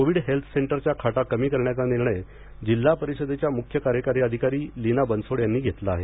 Covid health सेंटरच्या खाटा कमी करण्याचा निर्णय जिल्हा परिषदेच्या मुख्य कार्यकारी अधिकारी लीना बनसोड यांनी घेतला आहे